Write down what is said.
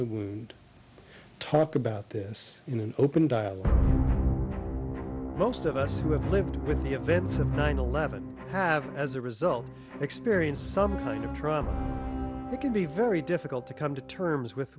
wound talk about this in an open dialogue most of us who have lived with the events of nine eleven have as a result experienced some kind of drama that can be very difficult to come to terms with